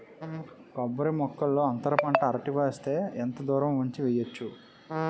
కొబ్బరి మొక్కల్లో అంతర పంట అరటి వేస్తే ఎంత దూరం ఉంచి వెయ్యొచ్చు?